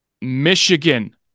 Michigan